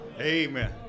Amen